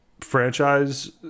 franchise